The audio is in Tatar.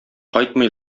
кайтмый